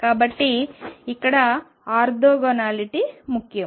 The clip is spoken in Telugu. కాబట్టి ఇక్కడ ఆర్తోగోనాలిటీ ముఖ్యం